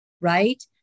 right